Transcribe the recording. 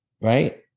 right